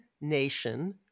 nation